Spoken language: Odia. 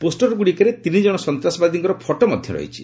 ପୋଷ୍ଟର ଗୁଡ଼ିକରେ ତିନିଜଣ ସନ୍ତାସବାଦୀଙ୍କର ଫଟୋ ମଧ୍ୟ ରହିଛି